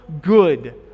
good